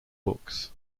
books